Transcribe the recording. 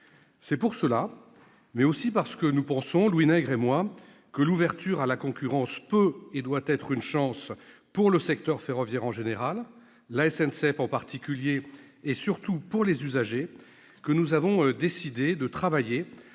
C'est pour cela, mais aussi parce que nous pensons, Louis Nègre et moi-même, que l'ouverture à la concurrence peut et doit être une chance pour le secteur ferroviaire en général, la SNCF en particulier et surtout pour les usagers, que nous avons décidé de travailler